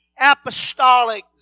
apostolic